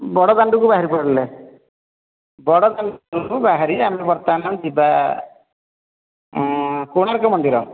ବଡ଼ଦାଣ୍ଡକୁ ବାହାରି ପଡ଼ିଲେ ବଡ଼ଦାଣ୍ଡରୁ ବାହାରି ଆମେ ବର୍ତ୍ତମାନ ଯିବା କୋଣାର୍କ ମନ୍ଦିର